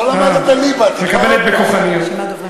אה, מקבלת בכוחניות.